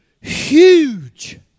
huge